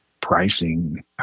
pricing